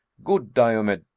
good diomed,